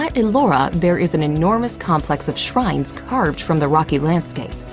at ellora, there is an enormous complex of shrines carved from the rocky landscape.